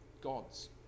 gods